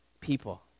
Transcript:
people